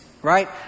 right